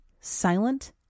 silent